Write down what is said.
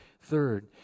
Third